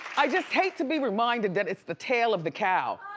i just hate to be reminded that it's the tail of the cow.